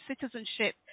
citizenship